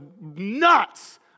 nuts